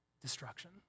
destruction